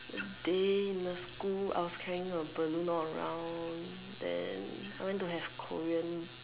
that day in the school I was carrying a balloon all around then I went to have Korean